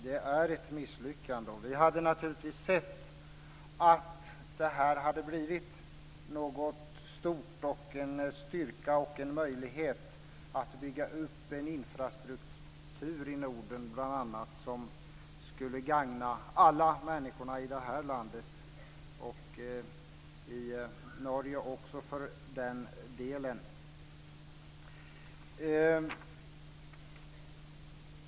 Det är ett misslyckande, och vi hade naturligtvis hellre sett att det här hade blivit något stort, en styrka och en möjlighet att bygga upp en infrastruktur i Norden bl.a. som skulle gagna alla människor i det här landet, och i Norge också för den delen.